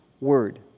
word